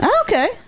okay